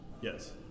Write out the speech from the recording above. Yes